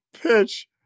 pitch